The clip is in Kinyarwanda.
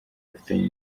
ufitanye